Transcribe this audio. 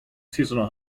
seasonal